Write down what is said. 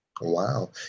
Wow